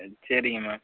சரிங்க மேம்